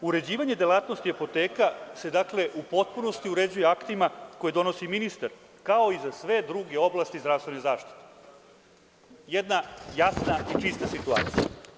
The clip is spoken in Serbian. Uređivanje delatnosti apoteka se, dakle, u potpunosti uređuje aktima koje donosi ministar, kao i za sve druge oblasti zdravstvene zaštite, jedna jasna i čista situacija.